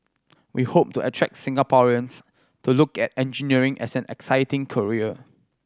we hope to attract Singaporeans to look at engineering as an exciting career